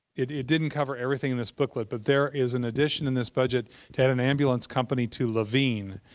it didn't cover everything in this booklet. but there is an addition in this budget to add an ambulance company to laveen.